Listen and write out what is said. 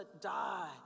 die